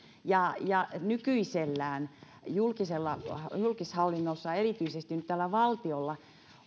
ja ja että nykyisellään julkishallinnossa erityisesti nyt täällä valtiolla